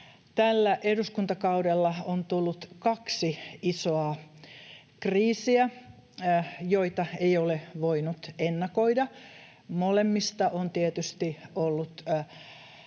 Tällä eduskuntakaudella on tullut kaksi isoa kriisiä, joita ei ole voinut ennakoida. Molemmista on tietysti ollut